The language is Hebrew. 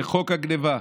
בחוק הגנבה.